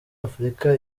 afurika